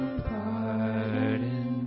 pardon